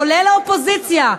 כולל האופוזיציה,